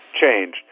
changed